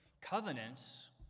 Covenants